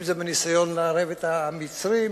אם זה בניסיון לערב את המצרים,